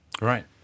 right